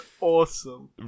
awesome